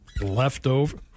Leftover